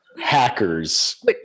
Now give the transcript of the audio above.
Hackers